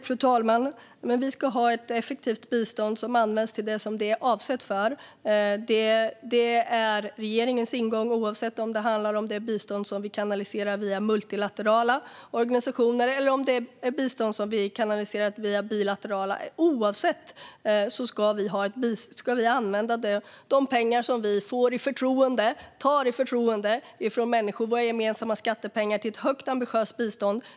Fru talman! Vi ska ha ett effektivt bistånd som används till det som det är avsett för. Det är regeringens ingång oavsett om det handlar om bistånd som vi kanaliserar via multilaterala organisationer eller om det är bistånd som vi kanaliserar bilateralt. Oavsett vilket ska vi använda de pengar som vi får i förtroende, tar i förtroende, från människor med våra gemensamma skattepengar till ett högt ambitiöst bistånd.